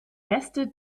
reste